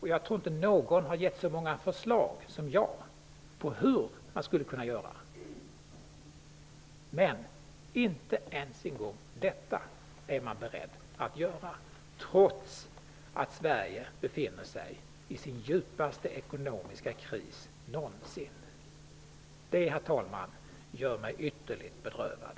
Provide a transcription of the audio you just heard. Jag tror inte att någon har givit så många förslag som jag till hur man skulle kunna göra. Men inte ens detta är man beredd att göra, trots att Sverige befinner sig i sin djupaste ekonomiska kris någonsin! Det, herr talman, gör mig ytterligt bedrövad.